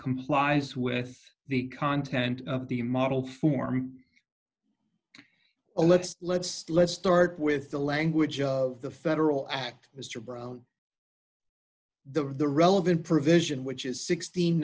complies with the content of the model form a let's let's let's start with the language of the federal act mr brown the relevant provision which is six